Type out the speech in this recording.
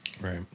Right